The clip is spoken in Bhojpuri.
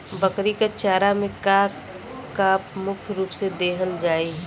बकरी क चारा में का का मुख्य रूप से देहल जाई?